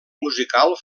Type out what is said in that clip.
musical